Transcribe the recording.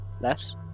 less